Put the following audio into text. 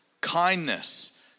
kindness